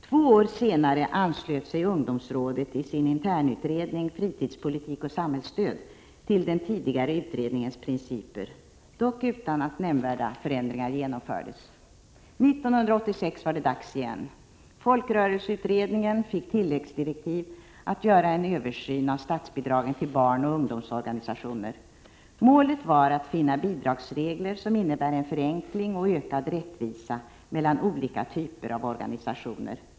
Två år senare anslöt sig ungdomsrådet i sin internutredning Fritidspolitik och samhällsstöd till den tidigare utredningens principer, dock utan att nämnvärda förändringar genomfördes. 1986 var det dags igen: Folkrörelseutredningen fick tilläggsdirektiv att göra en översyn av statsbidragen till barnoch ungdomsorganisationer. Målet var att finna bidragsregler som innebär en förenkling och ökad rättvisa mellan olika typer av organisationer.